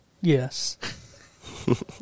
Yes